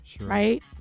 right